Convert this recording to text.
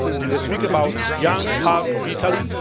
and to speak about young heart of italy,